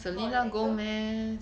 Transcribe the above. not an actor